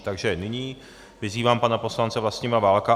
Takže nyní vyzývám pana poslance Vlastimila Válka.